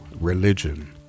religion